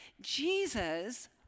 Jesus